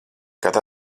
kad